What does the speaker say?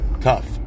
tough